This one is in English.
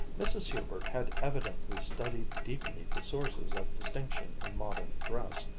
mrs. hubert had evidently studied deeply the sources of distinction in modern dress,